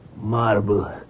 Marble